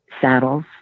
saddles